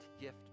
gift